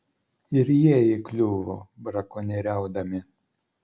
ir jie įkliuvo brakonieriaudami